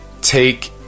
take